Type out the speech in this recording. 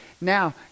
Now